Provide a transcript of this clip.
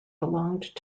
belonged